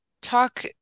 talk